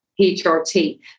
HRT